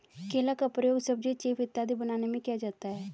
केला का प्रयोग सब्जी चीफ इत्यादि बनाने में किया जाता है